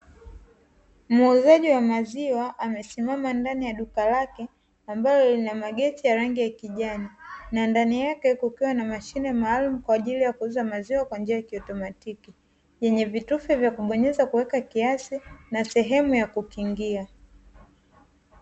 Muuzaji wa maziwa amesimama ndani ya duka lake ambalo lina rangi ya kijani, ndani kuna mashine maalumu kwa ajili kuuza maziwa kwa njia ya kiotomatiki. Yenye vitufe vya kubonyeza ili kuweka kiasi na sehemu ya kukingia.